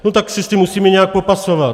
No tak se s tím musíme nějak popasovat.